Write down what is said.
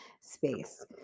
space